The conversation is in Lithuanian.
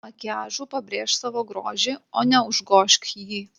makiažu pabrėžk savo grožį o ne užgožk jį